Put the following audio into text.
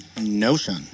Notion